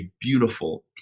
beautiful